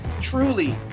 truly